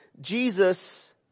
Jesus